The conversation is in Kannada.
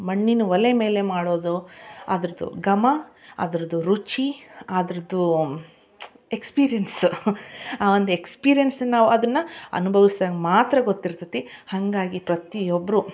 ಮಣ್ಣಿನ ಒಲೆ ಮೇಲೆ ಮಾಡೋದು ಅದ್ರದ್ದು ಘಮ ಅದ್ರದ್ದು ರುಚಿ ಅದ್ರದ್ದೂ ಎಕ್ಸ್ಪೀರಿಯನ್ಸ್ ಆ ಒಂದು ಎಕ್ಸ್ಪೀರಿಯನ್ಸನ್ನು ನಾವು ಅದನ್ನು ಅನ್ಬವಿಸ್ದಾಗ್ ಮಾತ್ರ ಗೊತ್ತಿರ್ತದೆ ಹಾಗಾಗಿ ಪ್ರತಿ ಒಬ್ಬರೂ